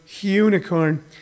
Unicorn